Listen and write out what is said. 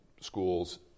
schools